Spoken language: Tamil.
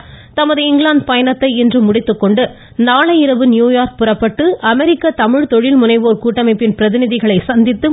முதலமைச்சர் தமது இங்கிலாந்து பயணத்தை இன்று முடித்துக் கொண்டு நாளை இரவு நியூயார்க் புறப்பட்டு அமெரிக்க தமிழ் தொழில் முனைவோர் கூட்டமைப்பின் பிரதிநிதிகளை சந்தித்து